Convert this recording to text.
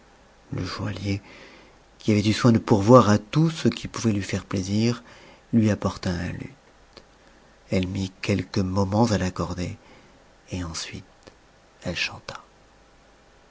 le joaillier qui avait eu soin de pourvoir à tout ce qui pouvait lui faire plaisir lui apporta un luth elle mit quelques moments à l'accorder et ensuite elle chanta